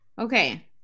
Okay